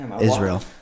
Israel